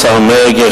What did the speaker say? השר מרגי,